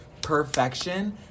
perfection